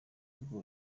ubwo